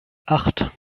acht